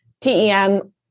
TEM